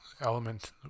element